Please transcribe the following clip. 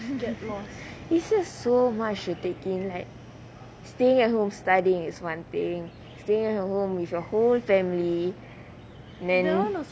it's just so much to take in like staying at home studying is one thing staying at home with your whole family then